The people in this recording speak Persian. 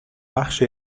بخش